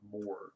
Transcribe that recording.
more